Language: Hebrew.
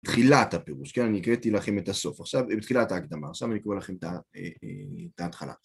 תחילת הפירוש, כן, אני הקראתי לכם את הסוף, עכשיו, בתחילת ההקדמה, עכשיו אני קורא לכם את ההתחלה.